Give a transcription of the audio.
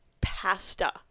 Pasta